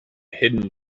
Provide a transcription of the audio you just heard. hidden